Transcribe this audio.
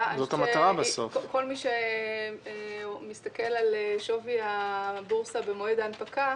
כל מי שמסתכל על שווי הבורסה במועד ההנפקה